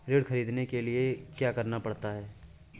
ऋण ख़रीदने के लिए क्या करना पड़ता है?